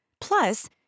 Plus